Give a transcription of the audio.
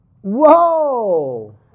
Whoa